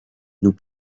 nous